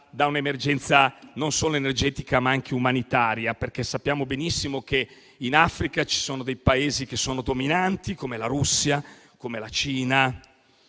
da un'emergenza non solo energetica, ma anche umanitaria. Sappiamo benissimo che sull'Africa ci sono dei Paesi dominanti, come la Russia, la Cina